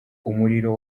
umuriro